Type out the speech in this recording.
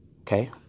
Okay